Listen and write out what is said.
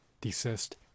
desist